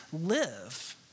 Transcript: live